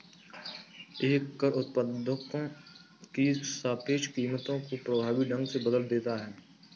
एक कर उत्पादों की सापेक्ष कीमतों को प्रभावी ढंग से बदल देता है